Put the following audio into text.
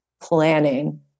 planning